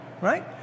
right